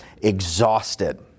exhausted